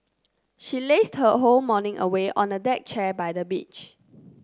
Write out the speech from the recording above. she lazed her whole morning away on a deck chair by the beach